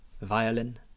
Violin